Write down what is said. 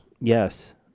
Yes